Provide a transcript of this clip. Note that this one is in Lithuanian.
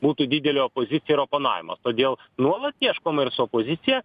būtų didelė opozicija ir oponavimas todėl nuolat ieškome ir su opozicija